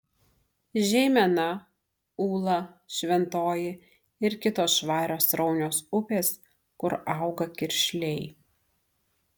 žeimena ūla šventoji ir kitos švarios sraunios upės kur auga kiršliai